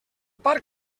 part